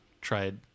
Tried